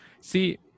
see